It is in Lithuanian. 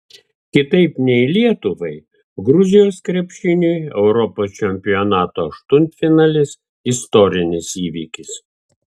kitaip nei lietuvai gruzijos krepšiniui europos čempionato aštuntfinalis istorinis įvykis